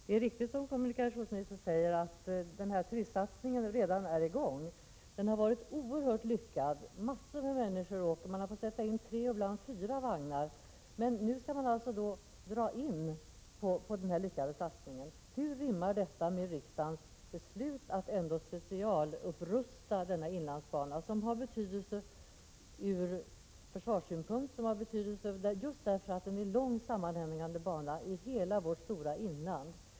Herr talman! Det är riktigt som kommunikationsministern säger att turistsatsningen redan är i gång. Den har varit oerhört lyckad. Massor med människor åker, och man har fått sätta in tre och ibland fyra vagnar. Men nu skall man alltså dra in på denna lyckade satsning. Hur rimmar detta med riksdagens beslut att ändå specialupprusta denna inlandsbana, som har betydelse ur försvarssynpunkt och som har betydelse just därför att den är en lång sammanhängande bana genom hela vårt stora inland?